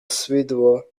suédois